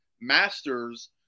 masters